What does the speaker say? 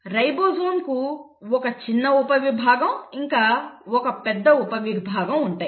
ribosome కు ఒక చిన్న ఉపవిభాగం ఇంకా ఒక పెద్ద ఉపవిభాగం ఉంటాయి